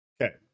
Okay